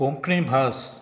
कोंकणी भास